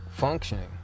functioning